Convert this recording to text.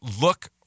Look